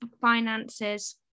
finances